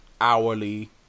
hourly